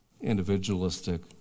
individualistic